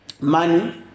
money